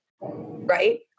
Right